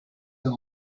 and